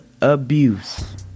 abuse